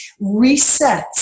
resets